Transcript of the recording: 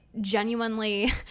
genuinely